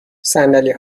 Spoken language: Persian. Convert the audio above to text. صندلی